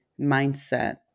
mindset